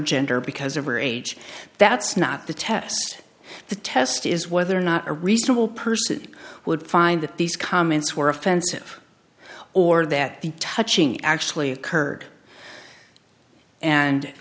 gender because of her age that's not the test the test is whether or not a reasonable person would find that these comments were offensive or that the touching actually occurred and